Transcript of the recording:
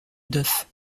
duff